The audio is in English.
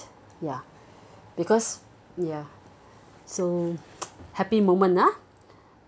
ya because ya so happy moment ah